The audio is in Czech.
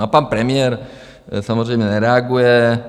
A pan premiér samozřejmě nereaguje.